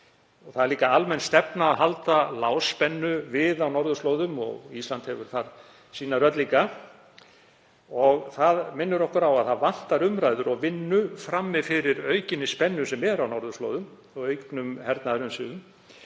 Það er líka almenn stefna að halda lágspennu við á norðurslóðum og Ísland hefur þar sína rödd líka. Það minnir okkur á að það vantar umræður og vinnu frammi fyrir aukinni spennu sem er á norðurslóðum og auknum hernaðarumsvifum.